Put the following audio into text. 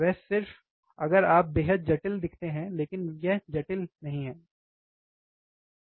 वह सिर्फ अगर आप बेहद जटिल दिखते हैं लेकिन यह जटिल नहीं है दोस्तों